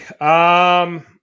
Okay